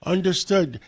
Understood